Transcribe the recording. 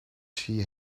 she